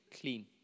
clean